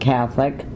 Catholic